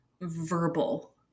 verbal